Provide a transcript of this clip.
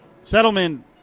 settlement